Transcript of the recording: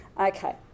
Okay